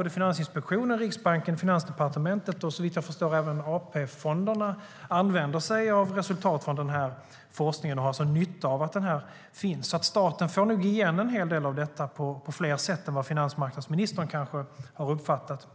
Såväl Finansinspektionen och Riksbanken som Finansdepartementet och såvitt jag förstår även AP-fonderna använder sig av resultat från forskningen och har alltså nytta av att den finns. Staten får nog igen en hel del av detta på fler sätt än vad finansmarknadsministern kanske har uppfattat.